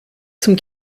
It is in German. zum